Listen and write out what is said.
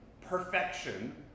perfection